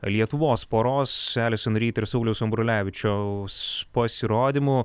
lietuvos poros elison rid ir sauliaus ambrulevičiaus pasirodymu